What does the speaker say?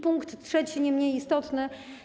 Punkt trzeci, nie mniej istotny.